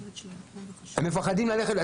הם מפחדים ללכת.